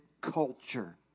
culture